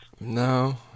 No